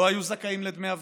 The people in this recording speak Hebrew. לא היו זכאים לדמי אבטלה,